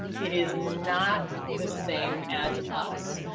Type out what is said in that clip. it is not the same as us.